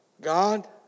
God